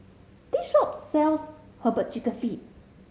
this shop sells Herbal Chicken Feet